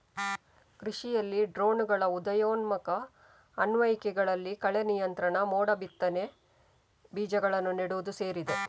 ಕೃಷಿಯಲ್ಲಿ ಡ್ರೋನುಗಳ ಉದಯೋನ್ಮುಖ ಅನ್ವಯಿಕೆಗಳಲ್ಲಿ ಕಳೆ ನಿಯಂತ್ರಣ, ಮೋಡ ಬಿತ್ತನೆ, ಬೀಜಗಳನ್ನು ನೆಡುವುದು ಸೇರಿದೆ